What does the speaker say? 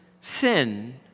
sin